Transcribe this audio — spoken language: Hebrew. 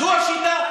זו השיטה.